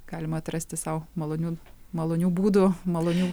galima atrasti sau malonių malonių būdų malonių